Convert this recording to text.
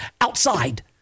outside